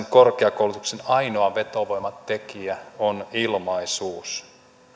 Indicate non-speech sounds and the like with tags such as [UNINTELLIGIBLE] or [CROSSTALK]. [UNINTELLIGIBLE] korkeakoulutuksen ainoa vetovoimatekijä on ilmaisuus